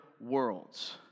worlds